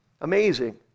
Amazing